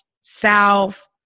south